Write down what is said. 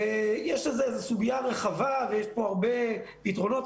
זה סוגיה רחבה ויש פה הרבה פתרונות.